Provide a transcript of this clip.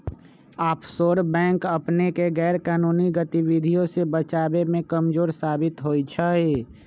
offshore bank अपनेके गैरकानूनी गतिविधियों से बचाबे में कमजोर साबित होइ छइ